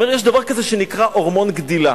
הוא אומר שיש דבר כזה שנקרא "הורמון גדילה".